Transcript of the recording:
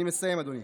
אני מסיים, אדוני.